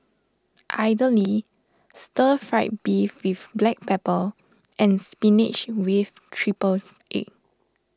Idly Stir Fried Beef with Black Pepper and Spinach with Triple Egg